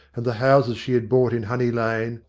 and the houses she had bought in honey lane,